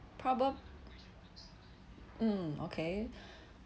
probab~ mm okay